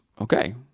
okay